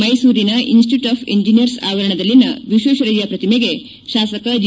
ಮೈಸೂರಿನ institute of engineer ಆವರಣದಲ್ಲಿನ ವಿಶ್ವೇಶ್ವರಯ್ಯ ಪ್ರತಿಮೆಗೆ ಶಾಸಕ ಜಿ